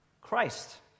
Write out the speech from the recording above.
Christ